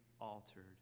altered